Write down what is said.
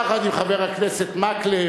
יחד עם חבר הכנסת מקלב,